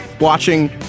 watching